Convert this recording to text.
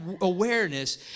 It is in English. awareness